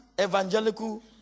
evangelical